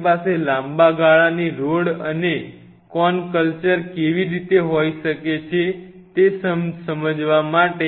તમારી પાસે લાંબા ગાળાની ROD અને CONE કલ્ચર કેવી રીતે હોઈ શકે છે તે સમજવામાં